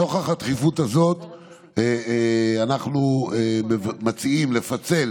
נוכח הדחיפות הזאת אנחנו מציעים לפצל